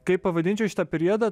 kaip pavadinčiau šitą priedą